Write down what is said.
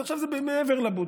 אז עכשיו זה מעבר לבודקה.